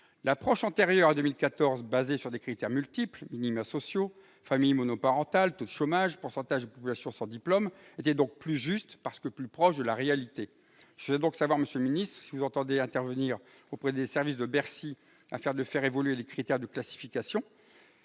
L'approche antérieure à 2014, fondée sur des critères multiples- minima sociaux, taux de familles monoparentales, taux de chômage, pourcentage de la population sans diplômes ... -était donc plus juste, parce que plus proche de la réalité. Je souhaite donc savoir, monsieur le ministre, si vous entendez intervenir auprès des services de Bercy afin de faire évoluer les critères de classification.